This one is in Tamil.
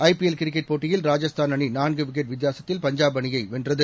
ஐ பிஎல் கிரிக்கெட் போட்டியில் ராஜஸ்தான் அணிநான்குவிக்கெட் வித்தியாக்தில் பஞ்சாப் அணியைவென்றது